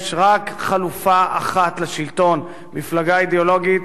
יש רק חלופה אחת לשלטון: מפלגה אידיאולוגית.